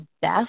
best